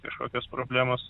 kažkokios problemos